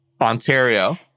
Ontario